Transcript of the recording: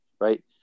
Right